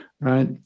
right